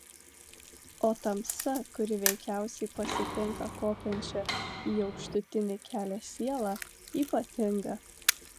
o tamsa kuri veikiausiai pasitinka kopiančią į aukštutinį kelią sielą ypatinga